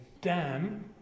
dam